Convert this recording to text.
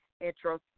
introspection